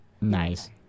Nice